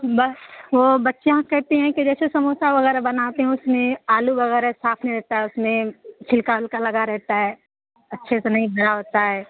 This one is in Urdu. بس وہ بچیاں کہتی ہیں کہ جیسے سموسہ وغیرہ بناتے ہیں اس میں آلو وغیرہ صاف نہیں رہتا ہے اس میں چھلکا ولکا لگا رہتا ہے اچھے سے نہیں دھلا ہوتا ہے